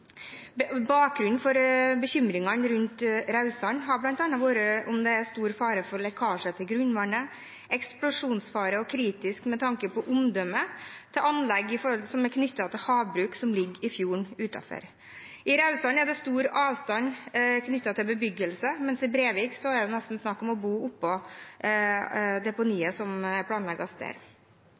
Bakgrunnen for bekymringene rundt Raudsand har bl.a. vært om det er stor fare for lekkasje til grunnvannet og for eksplosjon, og man er kritisk med tanke på omdømmet til anlegg knyttet til havbruk som ligger i fjorden utenfor. I Raudsand er det stor avstand til bebyggelse, mens det i Brevik nesten er snakk om å bo oppå deponiet som planlegges der.